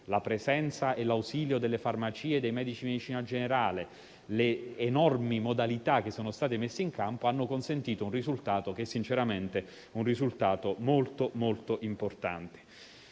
la presenza e l'ausilio delle farmacie e dei medici di medicina generale, le numerose modalità messe in campo hanno consentito un risultato che, sinceramente, è davvero molto importante.